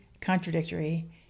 contradictory